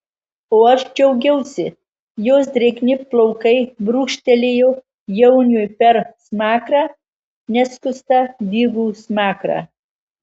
o aš džiaugiausi jos drėgni plaukai brūkštelėjo jauniui per smakrą neskustą dygų smakrą